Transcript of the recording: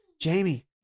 Jamie